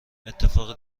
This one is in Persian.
اتفاق